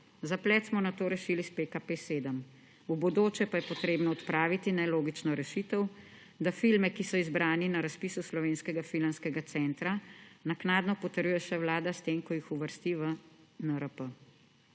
Zaplet smo nato rešili s PKP7. V bodoče pa je treba odpraviti nelogično rešitev, da filme, ki so izbrani na razpisu Slovenskega filmskega centra, naknadno potrjuje še vlada, s tem ko jih uvrsti v NRP.